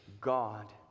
God